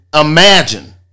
imagine